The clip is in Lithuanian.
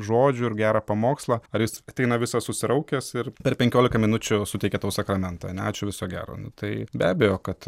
žodžių ir gerą pamokslą ar jis ateina visas susiraukęs ir per penkioliką minučių suteikia tau sakramentą ane ačiū viso gero nu tai be abejo kad